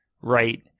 right